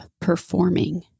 performing